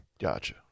Gotcha